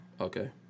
okay